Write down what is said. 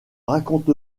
raconte